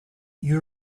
you